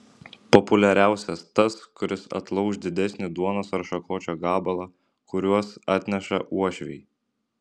populiariausias tas kuris atlauš didesnį duonos ar šakočio gabalą kuriuos atneša uošviai